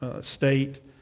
state